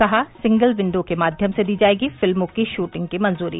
कहा single window के माध्यम से दी जाएगी फिल्मों की शूटिंग की मंजूरी